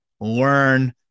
learn